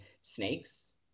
Snakes